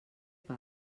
pas